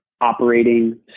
operating